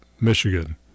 Michigan